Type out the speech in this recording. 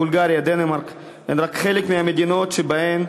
בולגריה ודנמרק הן רק חלק מהמדינות שבהן